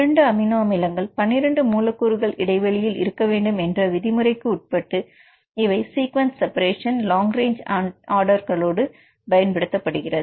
இரண்டு அமினோ அமிலங்கள் 12 மூலக்கூறுகள் இடைவெளியில் இருக்கவேண்டும் என்ற விதிமுறைக்கு உட்பட்டு இவை sequence separation long range order பயன்படுத்தப்படுகின்றது